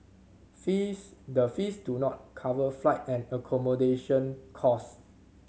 fees the fees do not cover flight and accommodation cost